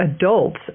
adults